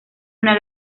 una